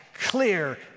Clear